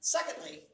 Secondly